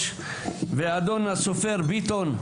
ראש: אדון הסופר ביטון,